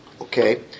okay